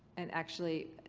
and actually,